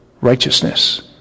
righteousness